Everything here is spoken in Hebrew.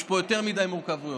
יש פה יותר מדי מורכבויות.